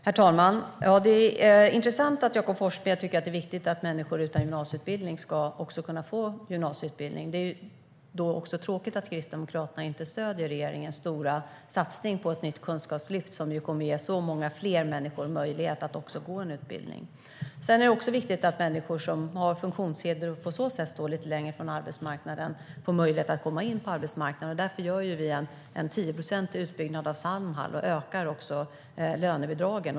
Herr talman! Det är intressant att Jakob Forssmed tycker att det är viktigt att människor utan gymnasieutbildning också ska kunna få gymnasieutbildning. Därför är det tråkigt att Kristdemokraterna inte stöder regeringens stora satsning på ett nytt kunskapslyft som ju kommer att ge så många fler människor möjlighet att få en utbildning. Det är också viktigt att människor som har funktionshinder och på så sätt står lite längre från arbetsmarknaden får möjlighet att komma in på arbetsmarknaden, och därför gör vi en 10-procentig utbyggnad av Samhall och ökar också lönebidragen.